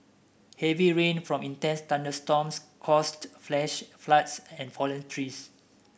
heavy rain from intense thunderstorms caused flash floods and fallen trees